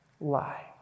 Lie